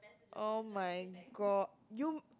oh-my-god you